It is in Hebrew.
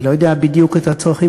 אני לא יודע בדיוק את הצרכים,